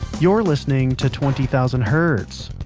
you're listening to twenty thousand hertz.